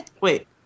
Wait